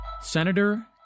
Senator